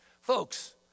folks